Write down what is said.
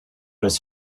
his